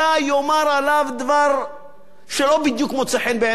דבר שלא בדיוק מוצא חן בעיניו ובעיני בני משפחתו,